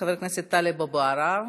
חבר הכנסת טלב אבו עראר,